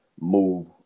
move